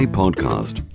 podcast